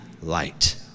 light